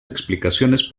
explicaciones